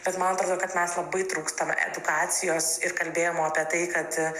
bet man atrodo kad mes labai trūkstam edukacijos ir kalbėjimo apie tai kad